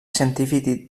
científic